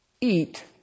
eat